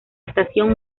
estación